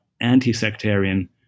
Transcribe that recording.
anti-sectarian